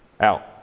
out